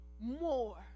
more